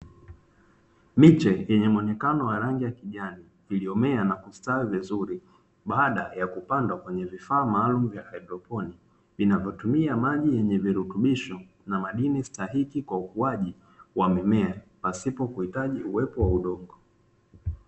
Miche yenye muonekano wa rangi ya kijani, iliyomea na kustawi vizuri baada ya kupanda kwenye vifaa maalumu vya haidroponi, vinavyotumia maji yenye virutubisho na madini stahiki kwa ukuaji wa mimea, pasipo kuhitaji uwepo wa udongo.